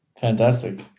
fantastic